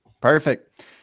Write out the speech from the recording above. Perfect